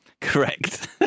Correct